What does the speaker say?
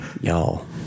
Y'all